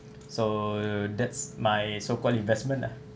so that's my so called investment lah